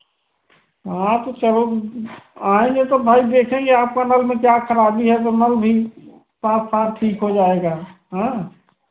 हाँ तो चलो आएँगे तो भाई देखेंगे आपका नल में क्या खराबी है जो नल भी साथ साथ ठीक हो जाएगा हाँ